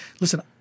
Listen